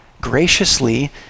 graciously